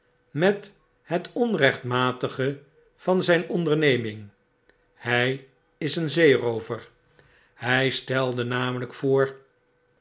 met het onrechtraatige van zijn onderneming hij is een zeeroover hij stelde namelyk voor